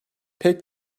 pek